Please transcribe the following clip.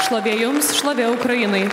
šlovė jums šlovė ukrainai